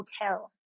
hotel